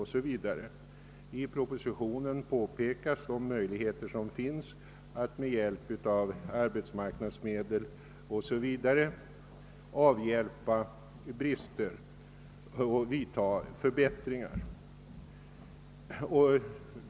[ propositionen påpekas de möjligheter som finns att med hjälp av arbetsmarknadsmedel o. s. v. avhjälpa brister och vidta förbättringar.